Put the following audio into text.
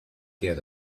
get